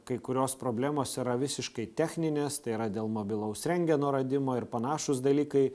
kai kurios problemos yra visiškai techninės tai yra dėl mobilaus rentgeno radimo ir panašūs dalykai